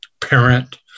parent